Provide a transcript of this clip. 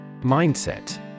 Mindset